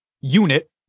unit